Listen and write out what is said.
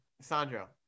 Sandro